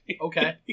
Okay